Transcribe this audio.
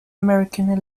american